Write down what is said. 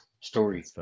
story